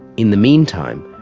in the meantime,